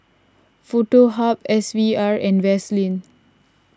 Foto Hub S V R and Vaseline